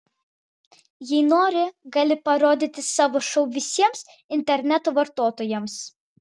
jei nori gali parodyti savo šou visiems interneto vartotojams